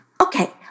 Okay